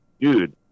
dude